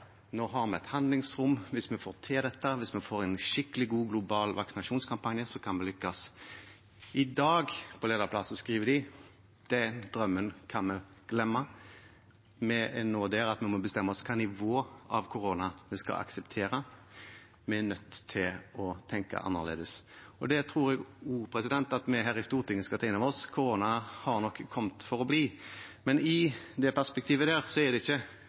nå har vi et handlingsrom hvis vi får til dette – hvis vi får en skikkelig god global vaksinasjonskampanje, kan vi lykkes. I dag skriver de på lederplass at den drømmen kan vi glemme, vi er nå der at vi må bestemme oss for hvilket nivå av korona vi skal akseptere; vi er nødt til å tenke annerledes. Det tror jeg også at vi her i Stortinget skal ta inn over oss: Korona er nok kommet for å bli. Men i det perspektivet er det ikke